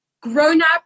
grown-up